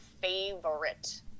favorite